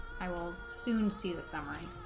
i will soon see the summary